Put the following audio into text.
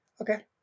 Okay